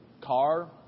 car